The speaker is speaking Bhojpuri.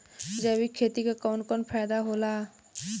जैविक खेती क कवन कवन फायदा होला?